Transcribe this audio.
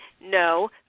no